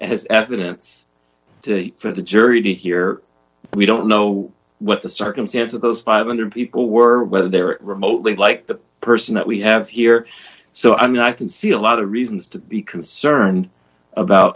has evidence to for the jury to hear we don't know what the circumstance of those five hundred people were whether they're remotely like the person that we have here so i mean i can see a lot of reasons to be concerned about